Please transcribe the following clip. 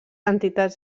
entitats